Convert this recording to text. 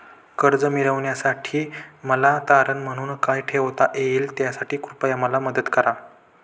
कर्ज मिळविण्यासाठी मला तारण म्हणून काय ठेवता येईल त्यासाठी कृपया मला मदत करा